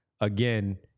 again